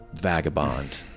vagabond